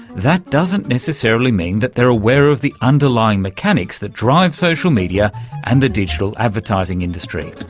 that doesn't necessarily mean that they're aware of the underlying mechanics that drive social media and the digital advertising industry.